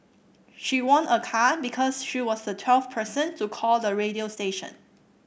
she won a car because she was the twelfth person to call the radio station